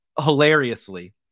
Hilariously